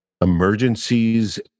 emergencies